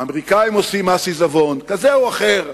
האמריקנים עושים מס עיזבון כזה או אחר,